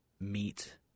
meet